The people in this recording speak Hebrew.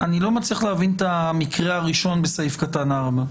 אני לא מצליח להבין את המקרה הראשון בסעיף קטן (4).